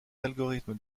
algorithmes